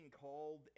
called